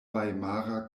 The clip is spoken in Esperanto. vajmara